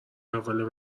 اول